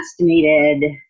estimated